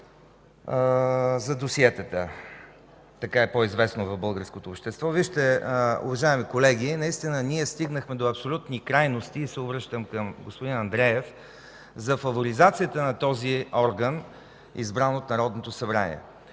за досиетата, така е по-известно в българското общество. Уважаеми колеги, ние стигнахме до абсолютни крайности. Обръщам се към господин Андреев за фаворизацията на този орган, избран от Народното събрание.